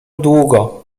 długo